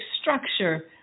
structure